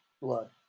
Blood